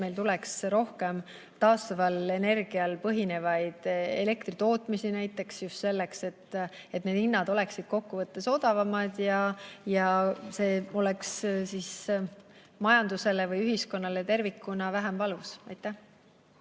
meil tuleks rohkem taastuval energial põhinevaid elektritootmisi näiteks just selleks, et need hinnad oleksid kokkuvõttes odavamad ja see oleks majandusele või ühiskonnale tervikuna vähem valus. Aitäh!